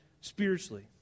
spiritually